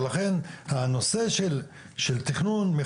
היא מסכלת תכנון,